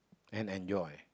and enjoy